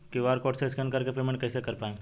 QR code से scan कर के पेमेंट कइसे कर पाएम?